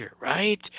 right